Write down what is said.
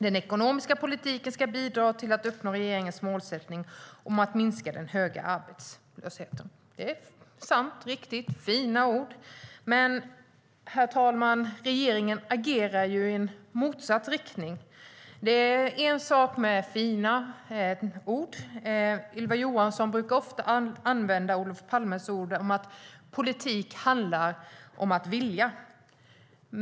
Den ekonomiska politiken ska bidra till att uppnå regeringens målsättning att minska den höga arbetslösheten. Det är sant och riktigt, och det är fina ord. Men, herr talman, regeringen agerar i motsatt riktning. Det är en sak med fina ord. Ylva Johansson brukar ofta använda Olof Palmes ord om att politik handlar om att vilja.